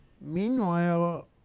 Meanwhile